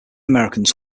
americans